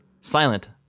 silent